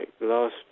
last